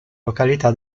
località